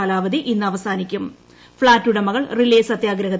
കാലാവധി ഇന്ന് അവസാനിക്കും ഫ്ളാറ്റ് ഉടമകൾ റിലേ സത്യാഗ്രഹത്തിൽ